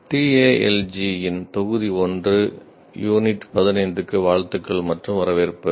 TALG இன் தொகுதி 1 இன் யூனிட் 15 க்கு வாழ்த்துக்கள் மற்றும் வரவேற்பு